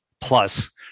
plus